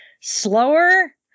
slower